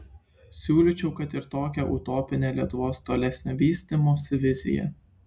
siūlyčiau kad ir tokią utopinę lietuvos tolesnio vystymosi viziją